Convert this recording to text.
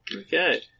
Okay